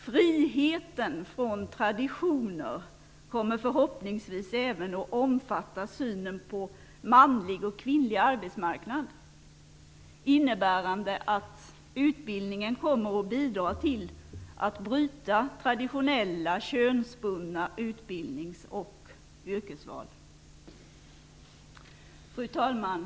Friheten från traditioner kommer förhoppningsvis även att omfatta synen på manlig och kvinnlig arbetsmarknad, innebärande att utbildningen kommer att bidra till att bryta traditionella könsbundna utbildnings och yrkesval. Fru talman!